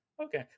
Okay